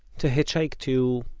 to hitchhike to,